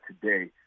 today